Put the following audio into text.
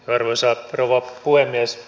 arvoisa rouva puhemies